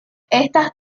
éstas